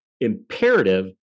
imperative